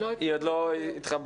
היא עוד לא התחברה.